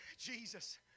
Jesus